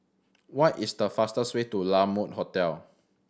what is the fastest way to La Mode Hotel